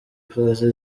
plaza